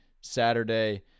Saturday